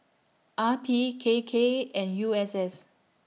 R P K K and U S S